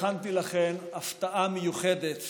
הכנתי לכם הפתעה מיוחדת